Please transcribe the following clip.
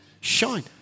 Shine